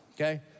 okay